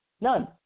None